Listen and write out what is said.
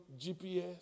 GPS